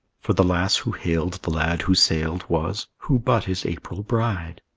for the lass who hailed the lad who sailed, was who but his april bride?